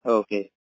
okay